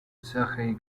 sergei